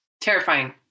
Terrifying